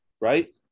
right